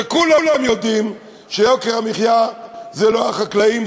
כשכולם יודעים שיוקר המחיה זה לא החקלאים,